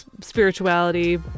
spirituality